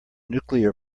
nuclear